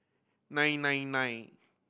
nine nine nine